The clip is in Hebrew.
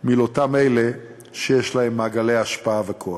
עם אותם אלה שיש להם מעגלי השפעה וכוח.